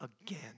again